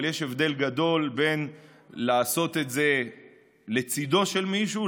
אבל יש הבדל גדול בין לעשות את זה לצידו של מישהו,